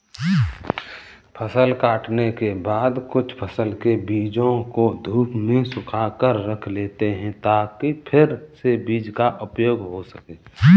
फसल काटने के बाद कुछ फसल के बीजों को धूप में सुखाकर रख लेते हैं ताकि फिर से बीज का उपयोग हो सकें